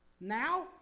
Now